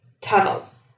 tunnels